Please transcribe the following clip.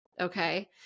okay